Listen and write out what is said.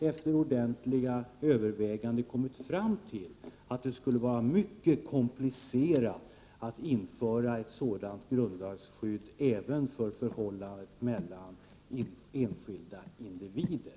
Efter ordentliga överväganden har man kommit fram till att det skulle vara mycket komplicerat att införa ett sådant grundlagsskydd även för förhållandet mellan enskilda individer.